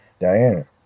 Diana